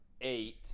eight